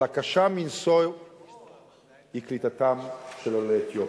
אבל הקשה מנשוא היא קליטתם של עולי אתיופיה.